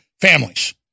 families